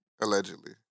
allegedly